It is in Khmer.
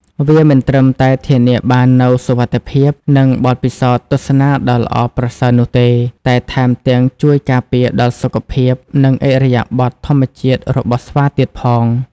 វាមិនត្រឹមតែធានាបាននូវសុវត្ថិភាព និងបទពិសោធន៍ទស្សនាដ៏ល្អប្រសើរនោះទេ តែថែមទាំងជួយការពារដល់សុខភាព និងឥរិយាបថធម្មជាតិរបស់ស្វាទៀតផង។